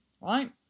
right